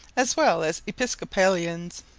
as well as episcopalians.